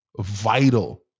vital